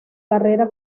carrera